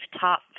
top